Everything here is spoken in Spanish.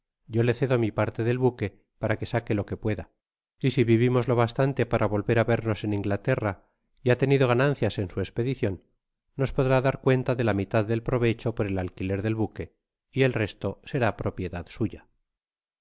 yo le cedo mi parle del baque para que saque lo que pueda y si vivimos lo bastante para volver á vernos en inglaterra y ha tenido ganancias en su espedicion nos podrá dar cuenta de la mitad del provecho por el alquiler del buque y el resto será propiedad suya